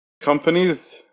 companies